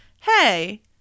hey